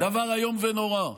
דבר איום ונורא.